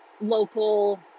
local